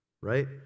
right